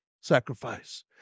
sacrifice